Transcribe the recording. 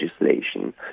legislation